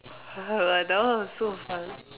ah that one was so fun